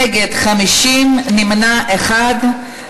נגד 50, נמנע אחד.